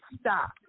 stop